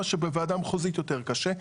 מה שבוועדה מחוזית יותר קשה,